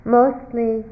mostly